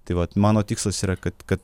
tai vat mano tikslas yra kad kad